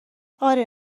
آره